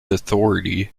authority